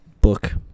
book